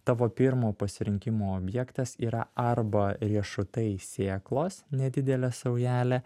tavo pirmo pasirinkimo objektas yra arba riešutai sėklos nedidelė saujelė